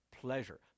pleasure